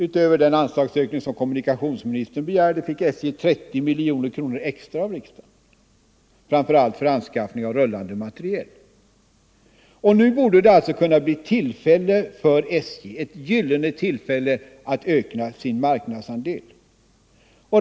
Utöver den anslagsökning som kommunikationsministern begärde fick SJ 30 miljoner kronor extra av riksdagen — framför allt för anskaffning av rullande materiel. Nu borde det alltså kunna bli ett gyllene tillfälle för SJ att öka sin marknadsandel.